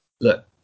look